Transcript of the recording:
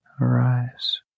arise